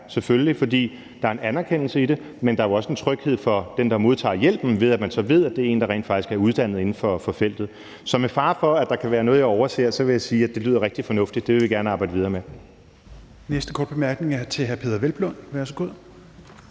selvfølgelig. For der er en anerkendelse i det, men der er jo også en tryghed for den, der modtager hjælpen, ved at man så ved, at det er en, der rent faktisk er uddannet inden for feltet. Så med fare for, at der kan være noget, jeg overser, vil jeg sige, at det lyder rigtig fornuftigt. Det vil vi gerne arbejde videre med.